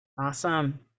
Awesome